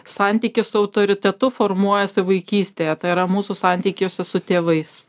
santykis su autoritetu formuojasi vaikystėje tai yra mūsų santykiuose su tėvais